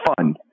fun